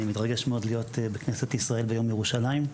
אני מתרגש מאוד להיות בכנסת ישראל ביום ירושלים,